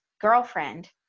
girlfriend